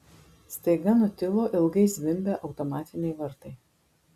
staiga nutilo ilgai zvimbę automatiniai vartai